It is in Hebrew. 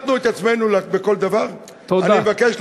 לא פעמיים,